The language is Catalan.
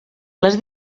les